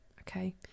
okay